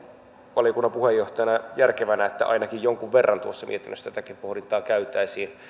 valiokunnan puheenjohtajana järkevänä että ainakin jonkin verran tuossa mietinnössä tätäkin pohdintaa käytäisiin